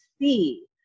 see